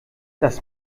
das